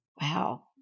Wow